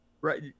right